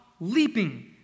leaping